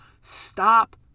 stop